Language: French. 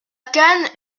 cannes